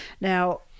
now